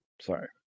Sorry